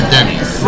Denny's